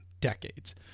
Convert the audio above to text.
decades